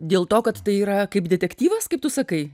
dėl to kad tai yra kaip detektyvas kaip tu sakai